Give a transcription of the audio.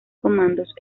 comandos